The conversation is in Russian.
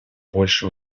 больше